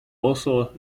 also